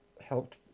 helped